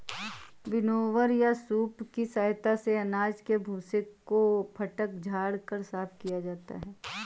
winnower या सूप की सहायता से अनाज के भूसे को फटक झाड़ कर साफ किया जाता है